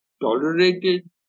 tolerated